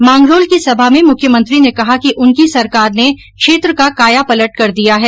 मांगरोल की सभा में मुख्यमंत्री ने कहा कि उनकी सरकार ने क्षेत्र का कायापलट कर दिया है